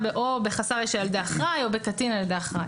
או בחסר ישע על ידי אחראי או בקטין על ידי אחראי.